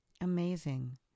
Amazing